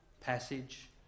passage